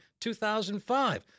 2005